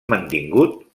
mantingut